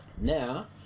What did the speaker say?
Now